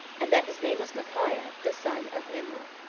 and that his name was micaiah, the son of imlah.